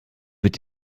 wird